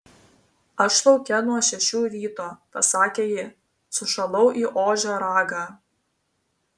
aš lauke nuo šešių ryto pasakė ji sušalau į ožio ragą